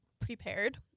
prepared